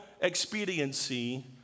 expediency